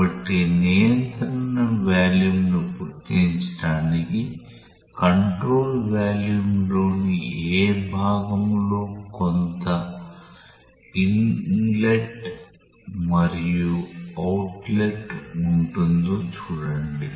కాబట్టి నియంత్రణ వాల్యూమ్ను గుర్తించడానికి కంట్రోల్ వాల్యూమ్లోని ఏ భాగంలో కొంత ఇన్లెట్ మరియు అవుట్లెట్ ఉంటుందో చూడండి